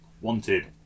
Wanted